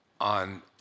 on